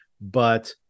but-